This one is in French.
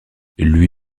lui